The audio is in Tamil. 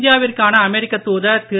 இந்தியாவிற்கான அமெரிக்க் தூதர் திரு